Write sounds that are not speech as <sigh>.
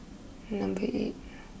number eight <noise>